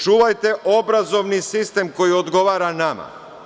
Čuvajte obrazovni sistem koji odgovara nama.